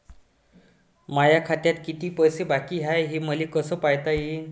माया खात्यात किती पैसे बाकी हाय, हे मले कस पायता येईन?